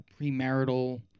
premarital